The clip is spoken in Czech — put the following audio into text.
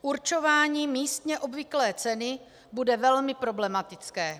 Určování místně obvyklé ceny bude velmi problematické.